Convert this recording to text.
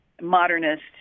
modernist